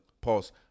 Pause